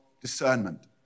discernment